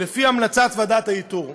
לפי המלצת ועדת האיתור.